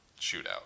shootout